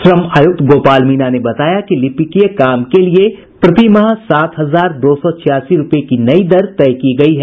श्रम आयुक्त गोपाल मीणा ने बताया लिपिकीय काम के लिए प्रतिमाह सात हजार दो सौ छियासी रूपये की नयी दर तय की गयी है